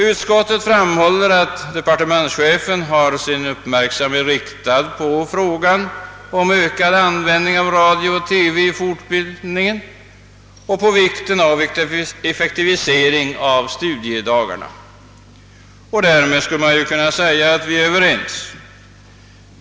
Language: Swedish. Utskottet framhåller att departementschefen har sin uppmärksamhet riktad på frågan om ökad användning av radio och TV vid fortbildningen och på vikten av effektivisering av studiedagarna. Därmed skulle man kunna säga att det råder enighet på denna punkt.